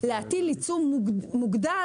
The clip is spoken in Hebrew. להטיל עיצום מוגדל,